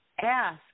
ask